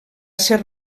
ser